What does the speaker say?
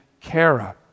kara